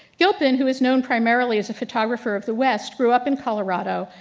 gilpin, who is known primarily as a photographer of the west, grew up in colorado,